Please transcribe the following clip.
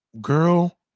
Girl